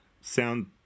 sound